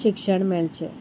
शिक्षण मेळचें